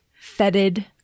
Fetid